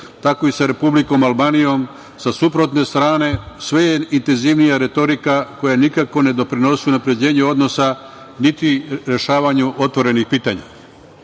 tako i sa Republikom Albanijom, sa suprotne strane sve je intenzivnija retorika koja nikako ne doprinosi unapređenju odnosa niti rešavanju otvorenih pitanja. Od